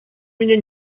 меня